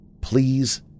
Please